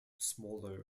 smaller